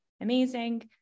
amazing